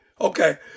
Okay